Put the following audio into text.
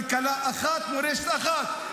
כלכלה אחת ומורשת אחת.